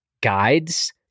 guides